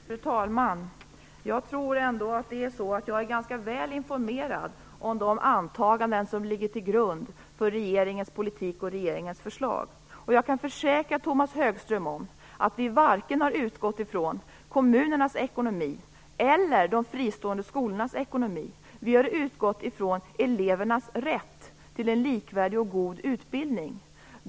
Fru talman! Jag tror ändå att jag är ganska väl informerad om de antaganden som ligger till grund för regeringens politik och förslag. Jag kan försäkra Tomas Högström om att regeringen varken har utgått ifrån kommunernas eller de fristående skolornas ekonomi. Regeringen har utgått ifrån elevernas rätt till en likvärdig och god utbildning.